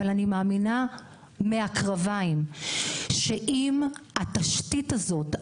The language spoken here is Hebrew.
אבל אני מאמינה מהקרביים שאם התשתית הזאת,